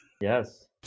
Yes